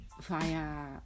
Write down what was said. via